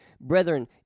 Brethren